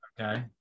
okay